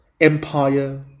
empire